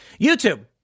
YouTube